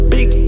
Big